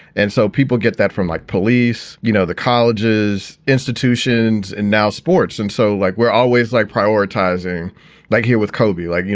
and so people get that from like police, you know, the colleges, institutions and now sports and so like we're always like prioritizing like here with kobe, like, you